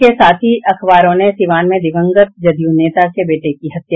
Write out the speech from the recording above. इसके साथ ही अखबारों ने सीवान में दिवंगत जदयू नेता के बेटे की हत्या